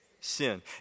sin